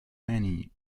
many